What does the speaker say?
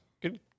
good